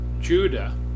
Judah